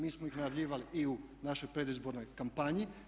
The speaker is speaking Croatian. Mi smo ih najavljivali i u našoj predizbornoj kampanji.